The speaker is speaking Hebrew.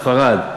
ספרד,